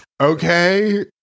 okay